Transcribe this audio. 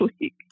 week